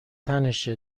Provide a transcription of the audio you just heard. تنشه